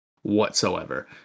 whatsoever